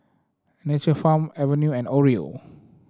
Nature Farm Acuvue and Oreo